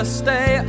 stay